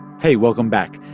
hey, welcome back.